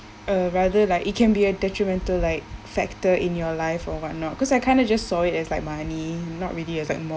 uh rather like it can be a detrimental like factor in your life or what not cause I kind of just saw it as like money not really as like more